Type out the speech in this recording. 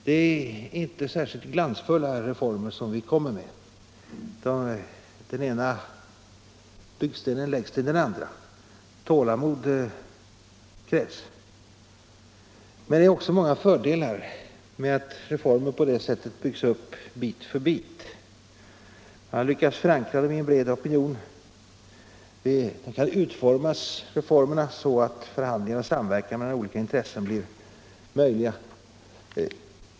Det är inte särskilt glansfulla reformer vi kommer med, men den ena byggstenen läggs till den andra. Det kräver tålamod. Men det är också många fördelar med att reformer på det sättet byggs upp bit för bit. Då kan man lyckas med att förankra dem i en bred opinion och utforma reformerna så att förhandlingar om samverkan mellan olika intressen blir möjliga.